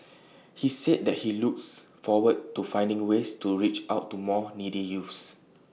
he said that he looks forward to finding ways to reach out to more needy youths